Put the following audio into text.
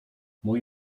mój